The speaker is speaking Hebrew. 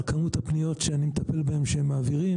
כמות הפניות שאני מטפל בהן שהם מעבירים,